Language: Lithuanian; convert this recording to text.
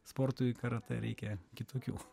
sportui karatė reikia kitokių